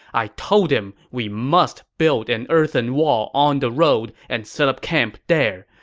i told him we must build an earthen wall on the road and set up camp there.